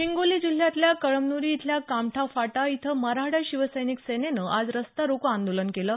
हिंगोली जिल्ह्यातल्या कळमनुरी इथल्या कामठा फाटा इथं मराठा शिवसैनिक सेनेनं आज रस्तारोको आंदोलन केलं